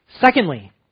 Secondly